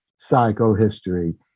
psychohistory